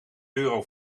euro